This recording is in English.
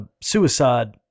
suicide